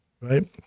right